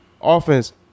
offense